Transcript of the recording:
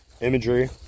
imagery